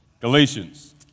Galatians